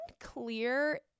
unclear